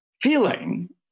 feeling